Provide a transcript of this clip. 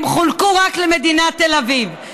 הם חולקו רק למדינת תל אביב.